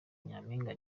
mpayimana